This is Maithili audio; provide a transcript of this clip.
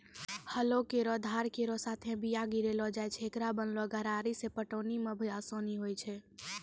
हलो केरो धार केरो साथें बीया गिरैलो जाय छै, एकरो बनलो गरारी सें पटौनी म भी आसानी होय छै?